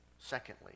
Secondly